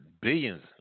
Billions